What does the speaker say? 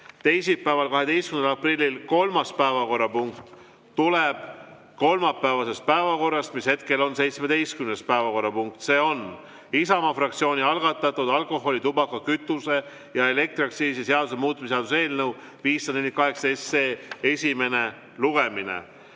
Teisipäeval, 12. aprillil tuleb kolmas päevakorrapunkt kolmapäevasest päevakorrast, hetkel on see 17. päevakorrapunkt. See on Isamaa fraktsiooni algatatud alkoholi‑, tubaka‑, kütuse‑ ja elektriaktsiisi seaduse muutmise seaduse eelnõu 548 esimene lugemine.